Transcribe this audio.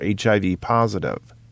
HIV-positive